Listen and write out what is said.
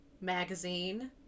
magazine